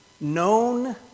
known